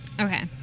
Okay